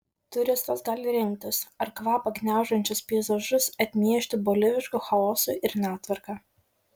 turistas gali rinktis ar kvapą gniaužiančius peizažus atmiešti bolivišku chaosu ir netvarka